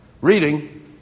reading